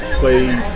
played